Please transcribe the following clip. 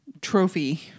trophy